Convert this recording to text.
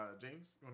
James